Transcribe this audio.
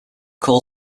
call